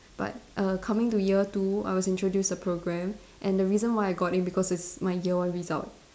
but err coming to year two I was introduce a program and the reason why I got in because it's my year one result